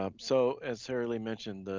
um so as saralee mentioned,